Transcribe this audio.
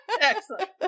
Excellent